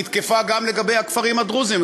היא תקפה גם לגבי הכפרים הדרוזיים,